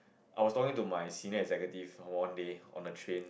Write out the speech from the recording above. I was talking to my senior executive one day on the train